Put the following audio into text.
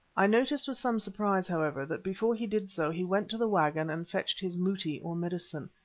i noticed with some surprise, however, that before he did so he went to the waggon and fetched his mouti, or medicine,